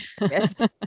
yes